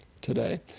today